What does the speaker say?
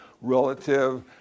relative